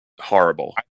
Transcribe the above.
horrible